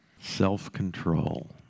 Self-control